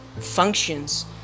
functions